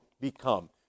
become